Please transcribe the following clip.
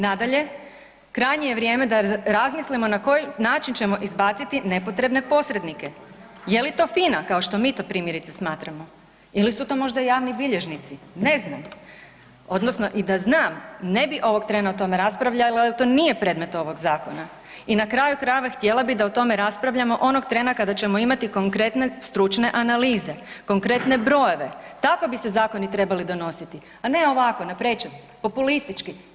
Nadalje, krajnje je vrijeme da razmislimo na koji način ćemo izbaciti nepotrebne posrednike, je li to FINA kao što mi to primjerice smatramo ili su to možda javni bilježnici, ne znam odnosno i da znam ne bi ovog trena o tome raspravljala jer to nije predmet ovog zakona i na kraju krajeva htjela bi da o tome raspravljamo onog trena kada ćemo imati konkretne stručne analize, konkretne brojeve, tako bi se zakoni trebali donositi, a ne ovako naprečac, populistički.